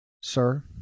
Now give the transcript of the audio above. sir